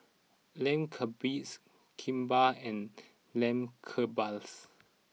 Lamb Kebabs Kimbap and Lamb Kebabs